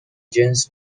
جنس